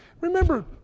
remember